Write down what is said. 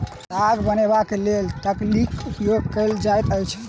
ताग बनयबाक लेल तकलीक उपयोग कयल जाइत अछि